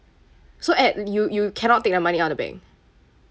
so at l~ you you cannot take the money out the bank